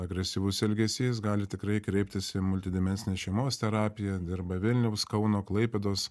agresyvus elgesys gali tikrai kreiptis į multidimesnę šeimos terapiją dirba vilniaus kauno klaipėdos